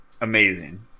amazing